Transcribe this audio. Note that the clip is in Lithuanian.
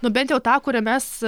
nu bent jau tą kurią mes